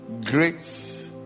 great